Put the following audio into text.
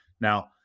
Now